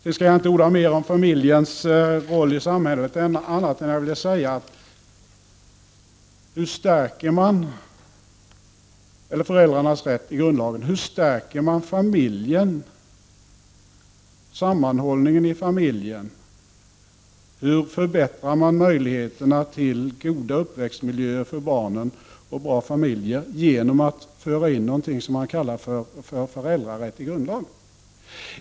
Jag skall inte orda mer om föräldrarnas rätt i grundlagen än att jag vill fråga hur man stärker sammanhållningen i familjen och förbättrar möjligheterna till goda uppväxtmiljöer för barnen i bra familjer genom att föra in någonting som kallas föräldrarätt i grundlagen.